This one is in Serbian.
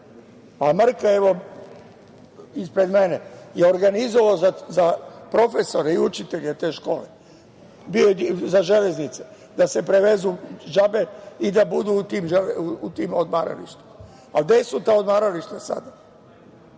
na Zlatiboru. Mrka je organizovao za profesore i učitelje te škole. Bio je za železnice, da se prevezu džabe i da budu u tim odmaralištima. Gde su ta odmarališta sada?